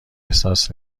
احساس